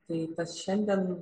tai tas šiandien